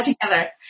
together